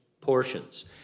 portions